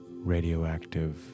Radioactive